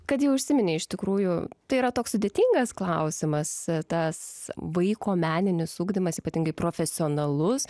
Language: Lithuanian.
kad jei užsiminei iš tikrųjų tai yra toks sudėtingas klausimas tas vaiko meninis ugdymas ypatingai profesionalus